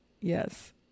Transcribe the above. Yes